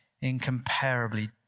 incomparably